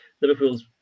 Liverpool's